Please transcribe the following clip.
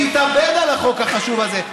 שהתאבד על החוק החשוב הזה.